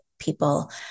People